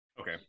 Okay